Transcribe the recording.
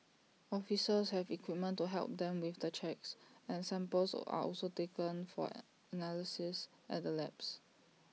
officers have equipment to help them with the checks and samples are also taken for analysis at the labs